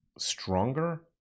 stronger